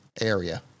area